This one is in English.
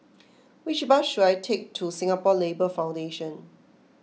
which bus should I take to Singapore Labour Foundation